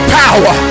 power